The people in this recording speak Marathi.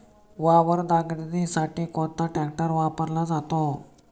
वावर नांगरणीसाठी कोणता ट्रॅक्टर वापरला जातो?